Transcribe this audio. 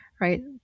Right